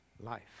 life